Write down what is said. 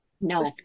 No